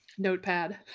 Notepad